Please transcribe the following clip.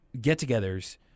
get-togethers